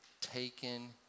taken